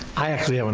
i actually i mean